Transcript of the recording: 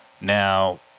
now